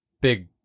big